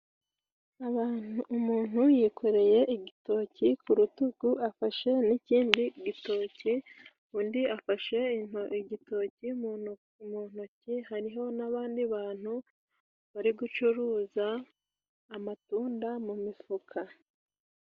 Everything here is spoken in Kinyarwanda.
Umuntu yikoreye igitoki ku rutugu, afashe n'ikindi gitoki, undi afashe igitoki mu ntoki hariho n'abandi bantu bari gucuruza amatunda mu mifuka.